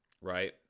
Right